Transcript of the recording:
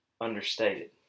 understated